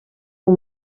ont